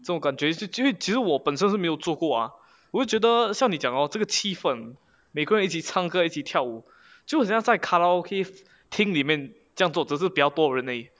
这种感觉就其实我本身是没有做过啊我觉得像你讲 hor 这个气氛每个人一起唱歌一起跳舞就好像在卡拉 okay 厅里面将做只是比较多人而已